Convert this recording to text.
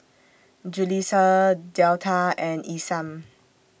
Julisa Delta and Isam